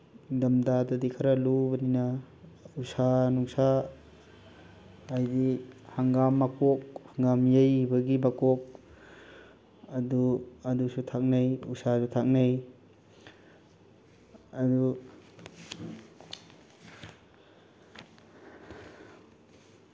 ꯏꯪꯊꯝꯊꯥꯗꯗꯤ ꯈꯔ ꯂꯨꯕꯅꯤꯅ ꯎꯁꯥ ꯅꯨꯡꯁꯥ ꯍꯥꯏꯗꯤ ꯍꯪꯒꯥꯝ ꯃꯀꯣꯛ ꯍꯪꯒꯥꯝ ꯌꯩꯒꯤꯕꯒꯤ ꯃꯀꯣꯛ ꯑꯗꯨ ꯑꯗꯨꯁꯨ ꯊꯥꯛꯅꯩ ꯎꯁꯥꯁꯨ ꯊꯥꯛꯅꯩ ꯑꯗꯨ